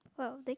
!wow!